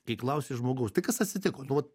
kai klausi žmogaus tai kas atsitiko nu vat